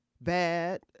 bad